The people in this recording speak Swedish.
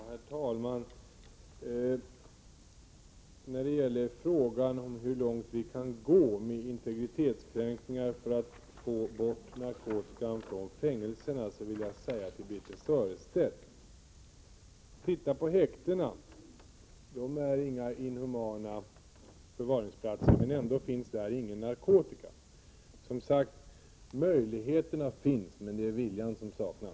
Herr talman! När det gäller frågan hur långt vi kan gå med integritetskränkningar för att få bort narkotikan från fängelserna vill jag säga till Birthe Sörestedt: Titta på häktena! De är inga inhumana platser, men ändå finns där ingen narkotika. Som sagt: Möjligheterna finns, det är viljan som saknas.